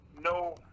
no